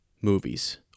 movies